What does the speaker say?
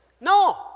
No